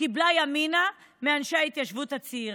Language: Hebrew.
קיבלה ימינה מאנשי ההתיישבות הצעירה.